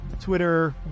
twitter